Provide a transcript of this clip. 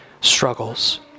struggles